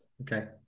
Okay